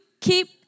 keep